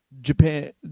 Japan